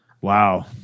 wow